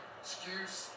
excuse